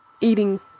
eating